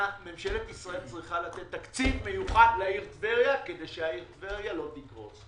ממשלת ישראל צריכה לתת תקציב מיוחד לעיר טבריה כדי שהעיר לא תקרוס.